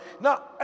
Now